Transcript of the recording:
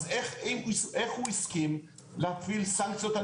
אז איך הוא הסכים להפעיל סנקציות על